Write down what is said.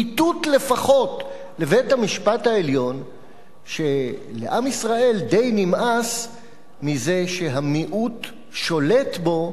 איתות לפחות לבית-המשפט העליון שלעם ישראל די נמאס מזה שהמיעוט שולט בו,